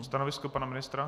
Stanovisko pana ministra?